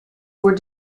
were